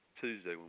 Tuesday